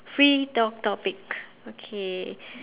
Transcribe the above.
free talk topic okay